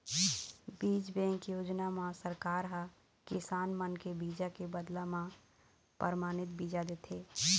बीज बेंक योजना म सरकार ह किसान मन के बीजा के बदला म परमानित बीजा देथे